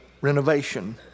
renovation